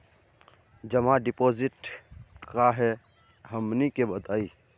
जमा डिपोजिट का हे हमनी के बताई?